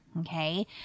Okay